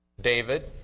David